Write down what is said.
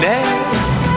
Next